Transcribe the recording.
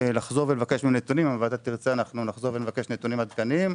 ואם הוועדה תרצה אפשר לחזור ולבקש מהם נתונים עדכניים,